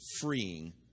freeing